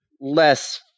less